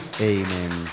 Amen